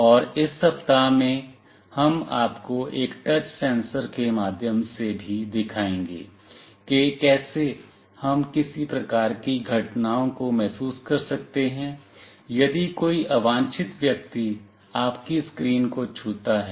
और इस सप्ताह में हम आपको एक टच सेंसर के माध्यम से भी दिखाएंगे कि कैसे हम किसी प्रकार की घटनाओं को महसूस कर सकते हैं यदि कोई अवांछित व्यक्ति आपकी स्क्रीन को छूता है